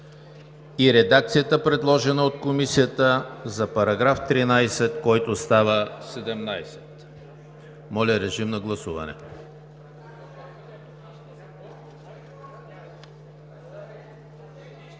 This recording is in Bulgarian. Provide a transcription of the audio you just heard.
и редакцията, предложена от Комисията за § 13, който става § 17. Моля, режим на гласуване.